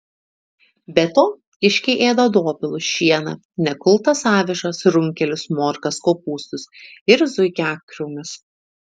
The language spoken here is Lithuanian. be to kiškiai ėda dobilus šieną nekultas avižas runkelius morkas kopūstus ir zuikiakrūmius